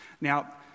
Now